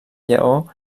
lleó